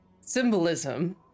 symbolism